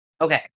Okay